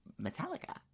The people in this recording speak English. Metallica